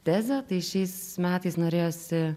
tezė tai šiais metais norėjosi